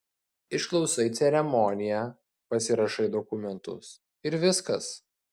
išklausai ceremoniją pasirašai dokumentus ir viskas